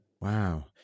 Wow